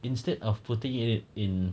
instead of putting it in